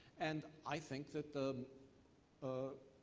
and i think that the ah